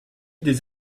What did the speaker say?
des